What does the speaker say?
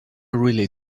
really